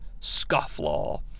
scufflaw